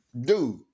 Dude